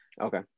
Okay